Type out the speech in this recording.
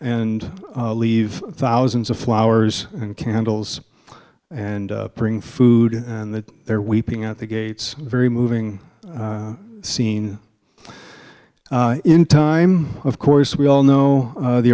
and leave thousands of flowers and candles and bring food and that their weeping at the gates very moving scene in time of course we all know the